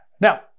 Now